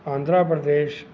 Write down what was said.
Andhra Pradesh